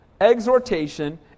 exhortation